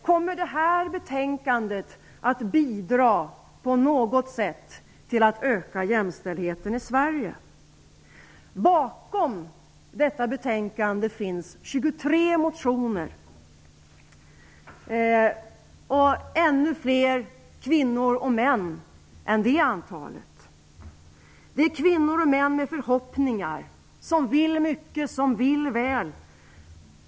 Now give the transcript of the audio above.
Kommer detta betänkande att bidra på något sätt till att öka jämställdheten i Sverige? Bakom detta betänkande finns 23 motioner och ännu fler kvinnor och män. Det är kvinnor och män med förhoppningar som vill mycket och som vill väl.